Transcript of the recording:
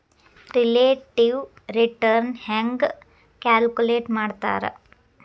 relative return ಹೆಂಗ calculate ಮಾಡ್ತಾರಾ